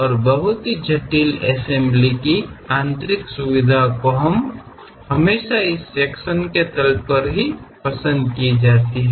और बहुत जटिल एसम्ब्ली की आंतरिक सुविधों को हम हमेशा इस सेक्शन तल पर पसंद की जाती हैं